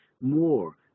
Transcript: more